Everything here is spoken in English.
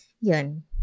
yun